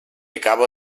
acaba